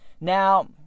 Now